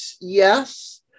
yes